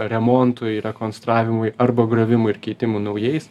remontui rekonstravimui arba griovimui ir keitimui naujais